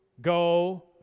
go